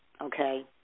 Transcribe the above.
okay